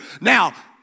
Now